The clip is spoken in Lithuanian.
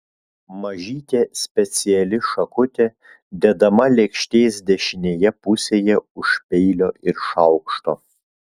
mažytė speciali šakutė dedama lėkštės dešinėje pusėje už peilio ir šaukšto